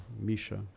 Misha